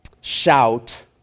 shout